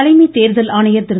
தலைமை தேர்தல் ஆணையர் திரு